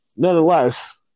Nonetheless